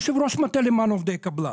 יושב ראש מטה למען עובדי קבלן.